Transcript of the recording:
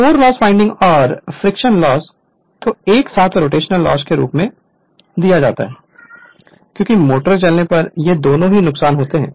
core loss windage और friction loss को एक साथ रोटेशनल लॉस के रूप में ढोया जाता है क्योंकि मोटर के चलने पर ये दोनों नुकसान होते हैं